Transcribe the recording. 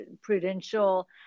Prudential